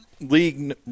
league